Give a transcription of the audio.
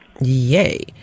Yay